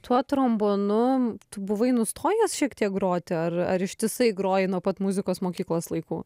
tuo trombonu tu buvai nustojęs šiek tiek groti ar ar ištisai groji nuo pat muzikos mokyklos laikų